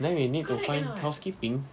then we need to find housekeeping